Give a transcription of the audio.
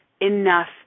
enough